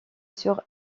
sur